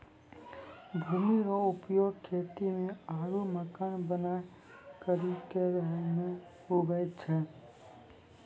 भूमि रो उपयोग खेती मे आरु मकान बनाय करि के रहै मे हुवै छै